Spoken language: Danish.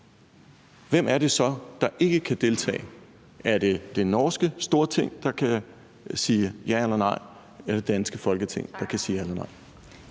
hvem er det så, der ikke kan deltage? Er det det norske storting, der kan sige ja eller nej, eller er det det danske Folketing, der kan sige ja eller nej?